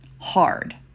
hard